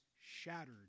shattered